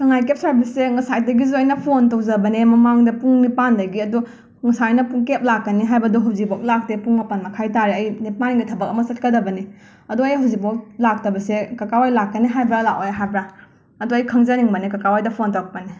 Sangai cab ꯁꯔꯕꯤꯁꯁꯦ ꯉꯥꯁꯥꯏꯗꯒꯤꯁꯨ ꯑꯩꯅ ꯐꯣꯟ ꯇꯧꯖꯕꯅꯤ ꯃꯃꯥꯡꯗ ꯄꯨꯡ ꯅꯤꯄꯥꯟꯗꯒꯤ ꯑꯗꯣ ꯉꯁꯥꯏꯅ ꯀꯦꯕ ꯂꯥꯛꯀꯅꯤ ꯍꯥꯏꯕꯗꯣ ꯍꯧꯖꯤꯛꯐꯥꯎ ꯂꯥꯛꯇꯦ ꯄꯨꯡ ꯃꯥꯄꯟ ꯃꯈꯥꯏ ꯇꯥꯔꯦ ꯑꯩ ꯅꯤꯄꯥꯟꯗ ꯊꯕꯛ ꯑꯃ ꯆꯠꯀꯗꯕꯅꯤ ꯑꯗꯣ ꯑꯩ ꯍꯧꯖꯤꯛꯐꯥꯎ ꯂꯥꯛꯇꯕꯁꯦ ꯀꯀꯥ ꯍꯣꯏ ꯂꯥꯛꯀꯅꯤ ꯍꯥꯏꯕ꯭ꯔꯥ ꯂꯥꯛꯑꯣꯏ ꯍꯥꯏꯕ꯭ꯔꯥ ꯑꯗꯣ ꯑꯩ ꯈꯪꯖꯅꯤꯡꯕꯅꯤ ꯀꯀꯥ ꯍꯣꯏꯗ ꯐꯣꯟ ꯇꯧꯔꯛꯄꯅꯤ